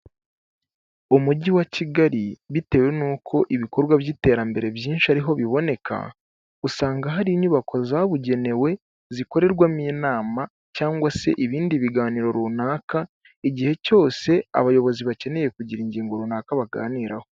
Umujyi wa kigali bitewe n'uko ibikorwa by'iterambere byinshi ariho biboneka, usanga hari inyubako zabugenewe zikorerwamo inama cyangwa se ibindi biganiro runaka igihe cyose abayobozi bakeneye kugira ingingo runaka baganiraho.